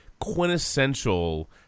quintessential